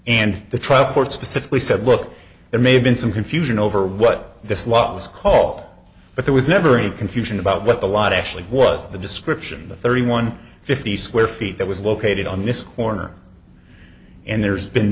court specifically said look it may have been some confusion over what this law was call but there was never any confusion about what the lot actually was the description of thirty one fifty square feet that was located on this corner and there's been